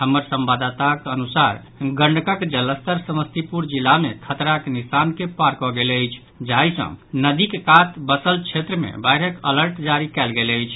हमर संवाददाताक अनुसार गंडकक जलस्तर समस्तीपुर जिला मे खतराक निशान के पार कऽ गेल अछि जाहि सँ नदीक कात बसल क्षेत्र मे बाढ़िक अलर्ट जारी कयल गेल अछि